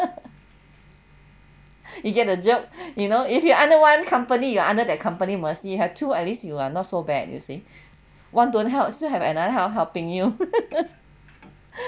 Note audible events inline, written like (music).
(laughs) you get a job you know if you under one company you are under that company mercy had two at least you are not so bad you see one don't helps still have another help helping you (laughs)